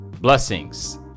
Blessings